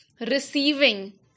receiving